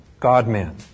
God-man